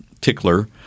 tickler